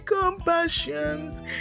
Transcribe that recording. compassions